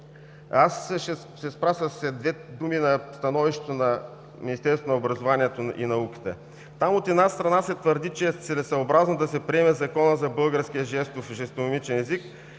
Ще се спра с две думи на становището на Министерството на образованието и науката. Там от една страна се твърди, че е целесъобразно да се приеме Законът за българския жестов и жестомимичен език,